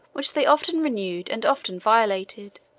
which they often renewed and often violated.